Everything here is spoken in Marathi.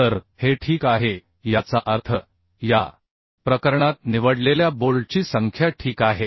तर हे ठीक आहे याचा अर्थ या ठिकाणी निवडलेल्या बोल्टची संख्या ठीक आहे